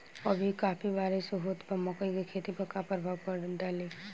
अभी काफी बरिस होत बा मकई के खेत पर का प्रभाव डालि?